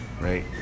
right